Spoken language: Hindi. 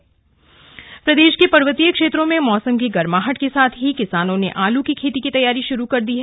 आलू की खेती प्रदेश के पर्वतीय क्षेत्रों में मौसम की गरमाहट के साथ ही किसानों ने आलू की खेती की तैयारी शुरू कर दी है